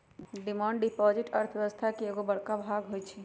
demand deposit अर्थव्यवस्था के एगो बड़का भाग होई छै